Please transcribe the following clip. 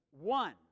One